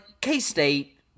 K-State